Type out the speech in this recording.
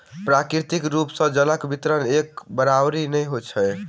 प्राकृतिक रूप सॅ जलक वितरण एक बराबैर नै अछि